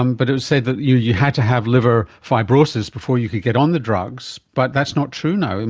um but it was said that you you had to have liver fibrosis before you can get on the drugs, but that's not true now, and